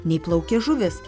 nei plaukė žuvis